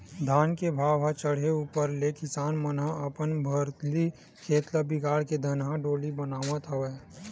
धान के भाव चड़हे ऊपर ले किसान मन ह अपन भर्री खेत ल बिगाड़ के धनहा डोली बनावत हवय